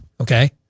okay